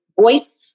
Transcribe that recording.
voice